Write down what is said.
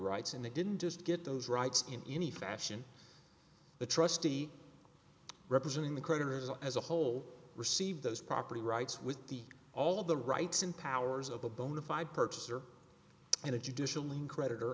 rights and they didn't just get those rights in any fashion the trustee representing the creditors as a whole received those property rights with the all the rights and powers of a bona fide purchaser and a judicially creditor